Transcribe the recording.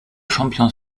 champion